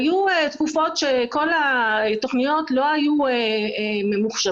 היו תקופות שכל התוכניות לא היו ממוחשבות,